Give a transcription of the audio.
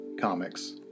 comics